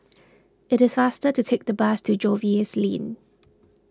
it is faster to take the bus to Jervois Lane